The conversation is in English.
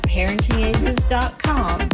ParentingAces.com